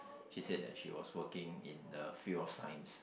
she said that she was working in the field of science